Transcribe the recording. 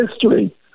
history